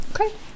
Okay